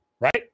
Right